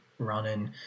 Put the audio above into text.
running